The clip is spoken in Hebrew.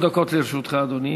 אני רק, שלוש דקות לרשותך, אדוני.